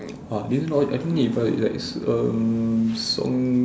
!wah! this like a song